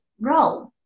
role